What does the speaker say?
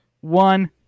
one